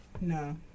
no